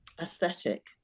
aesthetic